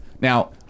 Now